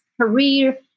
career